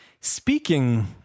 speaking